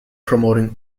promoting